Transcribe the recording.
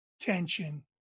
tension